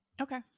Okay